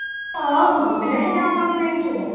অঁ গধূলি বেলাহে যাওঁ ডাঙৰ কাম নাইতো